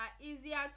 easier